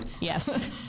yes